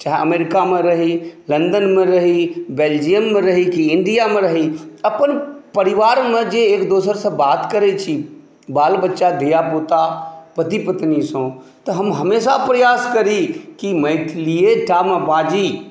चाहे अमेरिकामे रही लन्दनमे रही बेल्जियममे रही की इन्डियामे रही अपन परिवारमे जे एकदोसरसँ बात करै छी बालबच्चा धियापुता पति पत्नीसँ तऽ हम हमेशा प्रयास करी की मैथिलीएटा मे बाजी